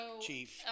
chief